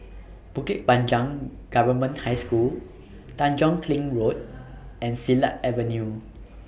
Bukit Panjang Government High School Tanjong Kling Road and Silat Avenue